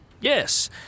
Yes